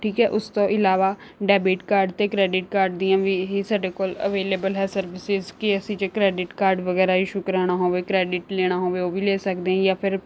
ਠੀਕ ਹੈ ਉਸ ਤੋਂ ਇਲਾਵਾ ਡੈਬਿਟ ਕਾਰਡ ਅਤੇ ਕ੍ਰੈਡਿਟ ਕਾਰਡ ਦੀਆਂ ਵੀ ਇਹ ਸਾਡੇ ਕੋਲ ਅਵੇਲੇਬਲ ਹੈ ਸਰਵਿਸਿਸ ਕਿ ਅਸੀਂ ਜੇ ਕ੍ਰੈਡਿਟ ਕਾਰਡ ਵਗੈਰਾ ਇਸ਼ੂ ਕਰਵਾਉਣਾ ਹੋਵੇ ਕ੍ਰੈਡਿਟ ਲੈਣਾ ਹੋਵੇ ਉਹ ਵੀ ਲੈ ਸਕਦੇ ਹਾਂ ਜਾਂ ਫਿਰ